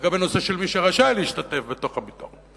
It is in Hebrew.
לגבי נושא של מי שרשאי להשתתף בתוך הביטוח.